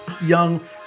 young